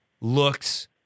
looks